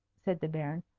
said the baron.